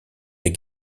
les